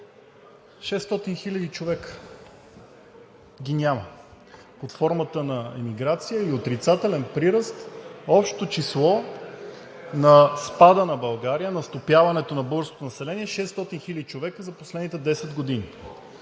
хиляди човека ги няма – под формата на емиграция или отрицателен прираст, общото число на спада на България, на стопяването на българското население е 600 хиляди човека за последните 10 години.